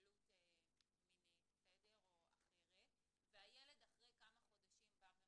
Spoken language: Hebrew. התעללות מינית או אחרת והילד רק אחרי כמה חודשים בא ומספר.